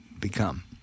become